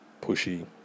pushy